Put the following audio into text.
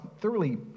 thoroughly